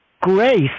grace